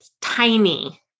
tiny